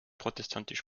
protestantisch